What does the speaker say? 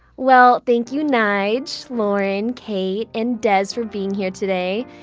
well, thank you nyge, lauren, kate and dez for being here today.